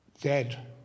dead